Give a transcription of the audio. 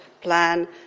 plan